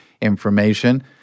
information